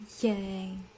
Yay